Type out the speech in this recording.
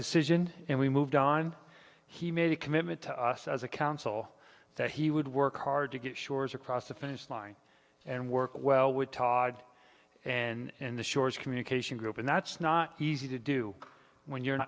decision and we moved on he made a commitment to us as a council that he would work hard to get shores across the finish line and work well with todd and the shores communication group and that's not easy to do when you're